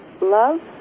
Love